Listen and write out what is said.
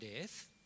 death